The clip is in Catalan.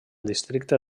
districte